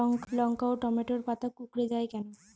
লঙ্কা ও টমেটোর পাতা কুঁকড়ে য়ায় কেন?